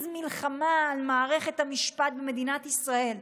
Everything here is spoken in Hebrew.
מלחמה על מערכת המשפט במדינת ישראל.